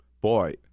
boy